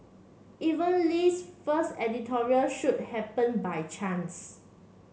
even Lee's first editorial shoot happen by chance